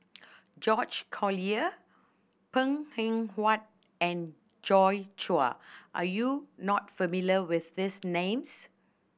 George Collyer Png Eng Huat and Joi Chua are you not familiar with these names